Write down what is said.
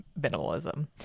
minimalism